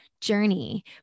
journey